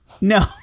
No